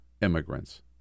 immigrants